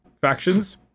factions